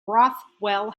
rothwell